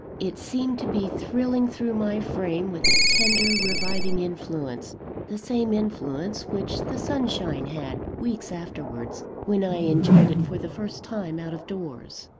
it seemed to be thrilling through my frame with a tender, reviving influence the same influence which the sunshine had, weeks afterwards, when i enjoyed it for the first time out of doors.